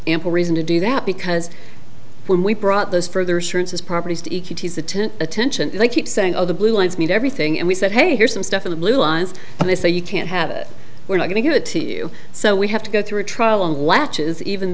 ample reason to do that because when we brought those further assurances properties to the tent attention they keep saying of the blue lines mean everything and we said hey here's some stuff in the blue eyes and they say you can't have it we're not going to give it to you so we have to go through a trial on latches even